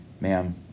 ma'am